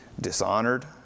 dishonored